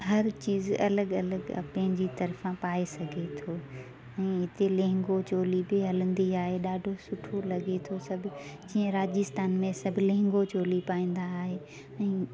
हर चीज़ अलॻि अलॻि पंहिंजी तर्फ़ा पाए सघे थो ऐं हिते लहंगो चोली बि हलंदी आहे ॾाढो सुठो लॻे थो सभु जीअं राजस्थान में सभु लहंगो चोली पाईंदा आहे ऐं